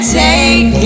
take